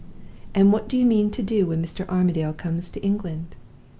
and what do you mean to do when mr. armadale comes to england